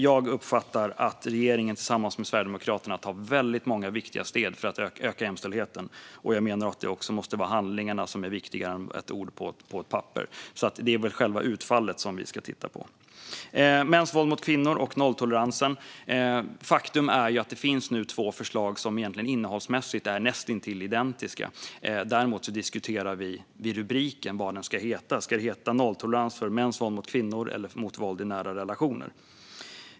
Jag uppfattar att regeringen tillsammans med Sverigedemokraterna tar väldigt många viktiga steg för att öka jämställdheten, och jag menar att handlingarna måste vara viktigare än ett ord på ett papper. Det är väl själva utfallet vi ska titta på. När det gäller mäns våld mot kvinnor och nolltoleransen finns det nu två förslag som innehållsmässigt egentligen är näst intill identiska. Däremot diskuterar vi rubriken. Ska det vara nolltolerans för mäns våld mot kvinnor eller för våld i nära relationer?